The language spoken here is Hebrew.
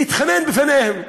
והתחנן בפניהם